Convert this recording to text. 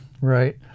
right